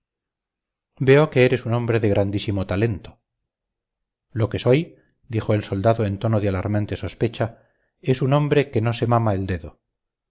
veo que eres un hombre de grandísimo talento lo que soy dijo el soldado en tono de alarmante sospecha es un hombre que no se mama el dedo